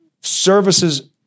services